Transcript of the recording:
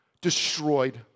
destroyed